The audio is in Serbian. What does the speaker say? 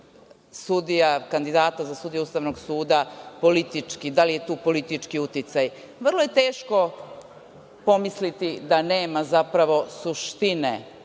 kandidata za sudije Ustavnom suda politički, da li je tu politički uticaj. Vrlo je teško pomisliti da nema zapravo suštine